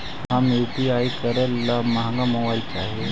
हम यु.पी.आई करे ला महंगा मोबाईल चाही?